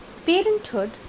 Parenthood